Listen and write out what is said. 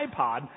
ipod